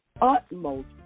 utmost